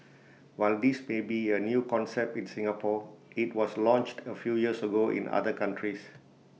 while this may be A new concept in Singapore IT was launched A few years ago in other countries